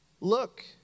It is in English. Look